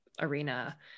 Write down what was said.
arena